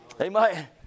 amen